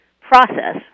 process